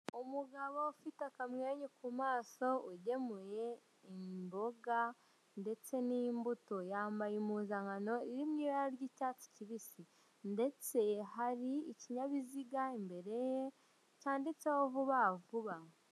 Umugabo ufite akamwenyu ku maso ugemuye imboga ndetse n'imbuto yambaye impuzankano iri mu ibara ry'icyatsi kibisi ndetse hari ikinyabiziga imbere ye cyanditseho vuba vuba.